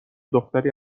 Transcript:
دختری